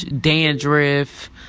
dandruff